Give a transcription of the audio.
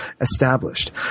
established